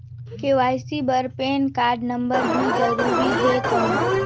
KYC बर PAN card number भी जरूरी हे कौन?